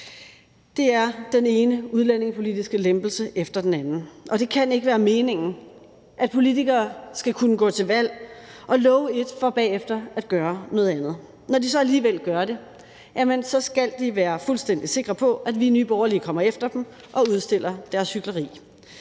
Det er den ene udlændingepolitiske lempelse efter den anden, og det kan ikke være meningen, at politikere skal kunne gå til valg og love et for bagefter at gøre noget andet. Når de så alligevel gør det, skal de være fuldstændig sikre på, at vi i Nye Borgerlige kommer efter dem og udstiller deres hykleri.